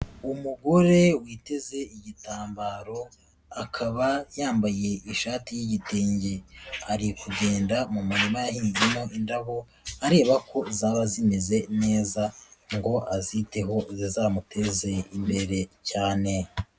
Umugore witeze igitambaro akaba yambaye ishati y'igitenge, ari kugenda mu murima yahinzemo indabo areba ko zaba zimeze neza ngo aziteho zizamuteze imbere cyane.